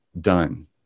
done